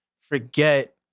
forget